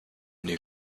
new